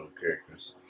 characters